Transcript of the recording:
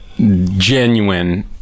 genuine